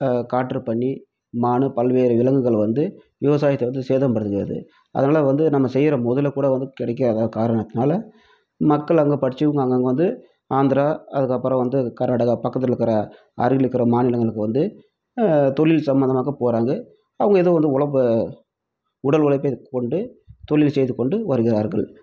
காட்டு பன்றி மான் பல்வேறு விலங்குகள் வந்து விவசாயத்தை வந்து சேதம் பண்ணுகிறது அதனால் வந்து நம்ம செய்கிற முதல கூட வந்து கிடைக்காத காரணத்தனால மக்கள் அங்கே படிச்சு அங்கங்கே வந்து ஆந்திரா அதுக்கப்புறம் வந்து கர்நாடகா பக்கத்தில் இருக்குற அருகில் இருக்குற மாநிலங்களுக்கு வந்து தொழில் சம்மந்தமாக போகிறாங்க அவங்க எதுவும் வந்து உழப்பை உடல் உழைப்பை கொண்டு தொழில் செய்து கொண்டு வருகிறார்கள்